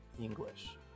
English